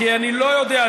כי אני לא יודע,